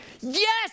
Yes